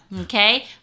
okay